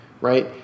right